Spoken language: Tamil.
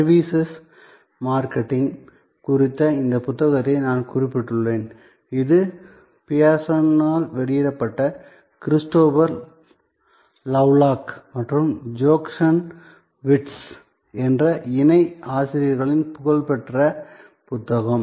சர்வீசஸ் மார்க்கெட்டிங் குறித்த இந்த புத்தகத்தை நான் குறிப்பிட்டுள்ளேன் இது பியர்சனால் வெளியிடப்பட்ட கிறிஸ்டோபர் லவ்லாக் மற்றும் ஜோச்சன் விர்ட்ஸ் என் இணை ஆசிரியர்களின் புகழ்பெற்ற புத்தகம்